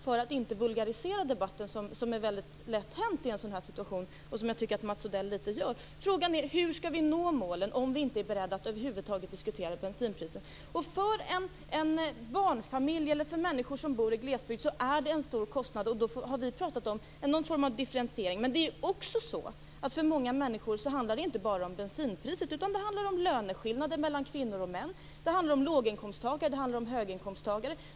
För att inte vulgarisera debatten, vilket är väldigt lätt hänt i en sådan här situation och vilket jag tycker att Mats Odell litet grand gör, upprepar jag frågan om hur vi skall nå målen om vi inte är beredda att över huvud taget diskutera bensinpriset. För en barnfamilj eller för människor som bor i glesbygd är bensinen en stor kostnad. Vi har pratat om någon form av differentiering. Men för många människor handlar det inte bara om bensinpriset utan också om löneskillnader mellan kvinnor och män. Det handlar om låginkomsttagare. Det handlar om höginkomsttagare.